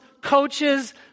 coaches